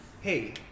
hey